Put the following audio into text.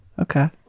Okay